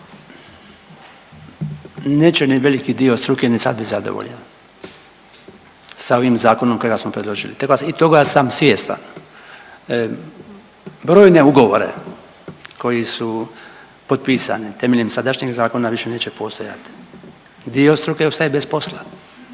Neće ni veliki dio struke ni sad bit zadovoljan sa ovim zakonom kojega smo predložili i toga sam svjestan. Brojne ugovore koji su potpisani temeljem sadašnjeg zakona više neće postojati, dio struke ostaje bez posla